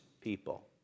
people